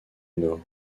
nord